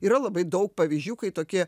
yra labai daug pavyzdžių kai tokie